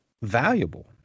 valuable